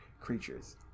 creatures